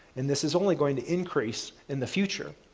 and this is only going to increase in the future.